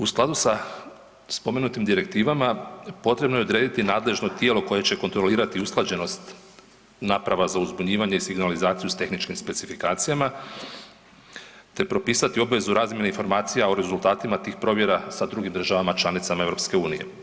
U skladu sa spomenutim direktivama, potrebno je odrediti nadležno tijelo koje će kontrolirati usklađenost naprava za uzbunjivanje i signalizaciju s tehničkim specifikacijama te propisati obvezu razmjene informacija o rezultatima tih provjera sa drugim državama članicama EU.